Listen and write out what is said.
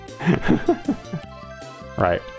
Right